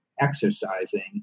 exercising